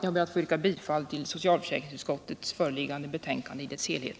Jag ber att få yrka bifall till socialförsäkringsutskottets föreliggande betänkande i dess helhet.